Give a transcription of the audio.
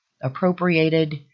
appropriated